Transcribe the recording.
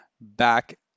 back